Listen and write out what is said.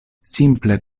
simple